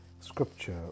scripture